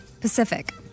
Pacific